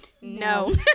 No